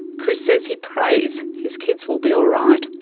chris says he prays his kids will be all right.